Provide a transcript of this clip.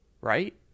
right